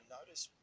notice